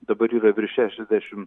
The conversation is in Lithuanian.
dabar yra virš šešiasdešimt